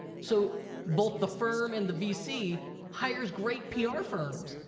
so both the firm and the vc hires great pr firms.